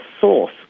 source